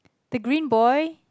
the green boy